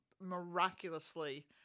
Miraculously